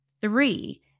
three